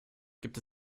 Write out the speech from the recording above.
gibt